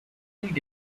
need